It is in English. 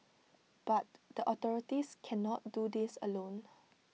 but the authorities cannot do this alone